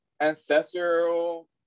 Ancestral